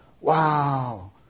wow